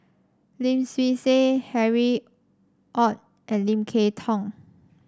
Lim Swee Say Harry Ord and Lim Kay Tong